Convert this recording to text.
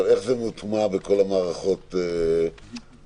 איך זה מוטמע בכל המערכות הכלליות?